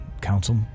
council